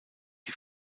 die